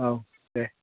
औ दे